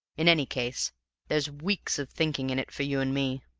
in any case there's weeks of thinking in it for you and me.